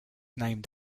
named